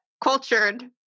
cultured